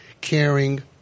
caring